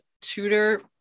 tutor